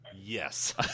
Yes